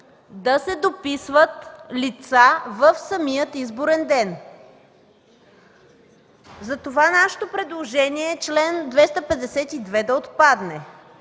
да се дописват лица в самия изборен ден. Затова нашето предложение е чл. 252 да отпадне.